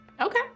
Okay